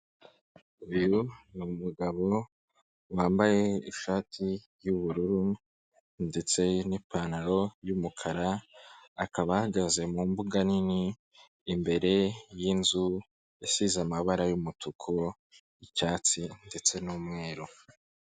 Uyu ni umugabo wambaye ishati y'ubururu ndetse n'ipantaro y'umukara, akaba ahagaze mu mbuga nini, imbere y'inzu isize amabara y'umutuku, icyatsi ndetse n'umweru.